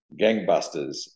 gangbusters